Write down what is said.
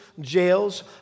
jails